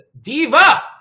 Diva